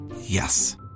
Yes